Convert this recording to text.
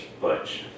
Butch